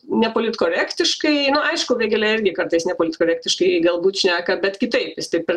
nepolitkorektiškai aišku vėgėlė irgi kartais nepolitkorektiškai galbūt šneka bet kitaip jis taip ir